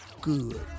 good